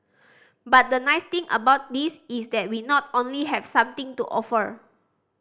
but the nice thing about this is that we not only have something to offer